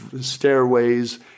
stairways